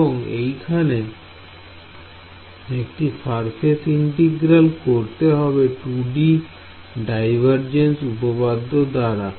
এবং এইখানে একটি সারফেস ইন্টিগ্রাল করতে হবে 2D ডাইভারজেন্স উপপাদ্য দাঁড়া